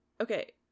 Okay